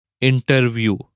Interview